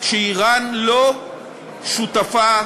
שאיראן לא שותפה,